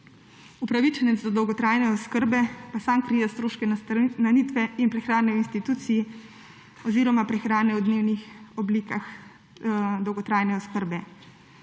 Upravičenec do dolgotrajne oskrbe pa sam krije stroške nastanitve in prehrane v instituciji oziroma prehrane v dnevnih oblikah dolgotrajne oskrbe.